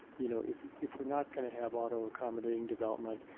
you know if if we are not going to have auto ah comdade daiting development,